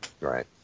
Right